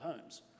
homes